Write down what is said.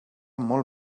molt